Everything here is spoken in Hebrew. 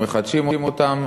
ומחדשים אותן,